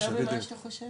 הפוך ממה שאתה חושב?